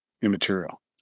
immaterial